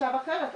חשב אחרת.